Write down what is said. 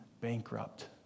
bankrupt